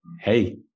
hey